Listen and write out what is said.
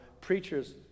preachers